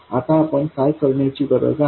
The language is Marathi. आता आपण काय करण्याची गरज आहे